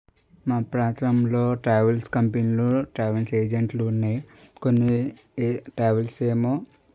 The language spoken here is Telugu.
మా ప్రాంతంలో ట్రావెల్స్ కంపెనీలు ట్రావెల్స్ ఏజెంట్లు ఉన్నాయి కొన్ని ట్రావెల్స్ ఏమో